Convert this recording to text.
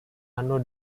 ano